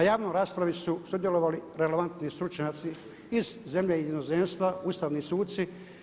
Na javnoj raspravi su sudjelovali relevantni stručnjaci iz zemlje i inozemstva, ustavni suci.